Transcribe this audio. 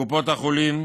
קופות החולים,